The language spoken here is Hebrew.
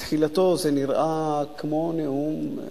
בתחילתו זה נראה כמו נאום,